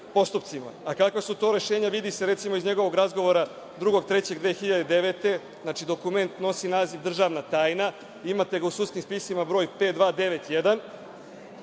Kakva su to rešenja vidi se, recimo, iz njegovog razgovora 02. 03. 2009. godine, dokument nosi naziv – državna tajna, imate ga u sudskim spisima broj 5291,